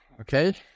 Okay